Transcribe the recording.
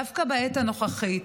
דווקא בעת הנוכחית,